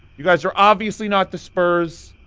you guys are obviously not the spurs,